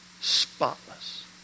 spotless